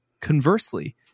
conversely